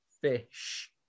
fish